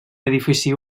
edifici